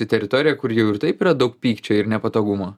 į teritoriją kur jau ir taip yra daug pykčio ir nepatogumo